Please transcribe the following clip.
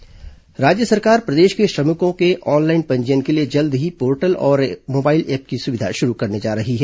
श्रमिक portal app राज्य सरकार प्रदेश के श्रमिकों के ऑनलाइन पंजीयन के लिए जल्द ही पोर्टल और मोबाइल ऐप की सुविधा शुरू करने जा रही है